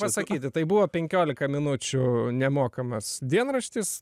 pasakyti tai buvo penkiolika minučių nemokamas dienraštis